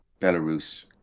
Belarus